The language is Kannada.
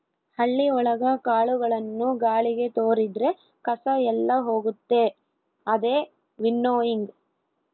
ಹಳ್ಳಿ ಒಳಗ ಕಾಳುಗಳನ್ನು ಗಾಳಿಗೆ ತೋರಿದ್ರೆ ಕಸ ಎಲ್ಲ ಹೋಗುತ್ತೆ ಅದೇ ವಿನ್ನೋಯಿಂಗ್